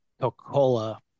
Coca-Cola